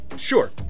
Sure